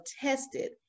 tested